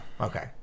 Okay